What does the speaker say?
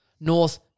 North